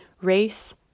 race